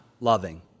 loving